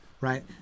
Right